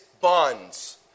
bonds